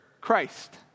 Christ